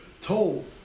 told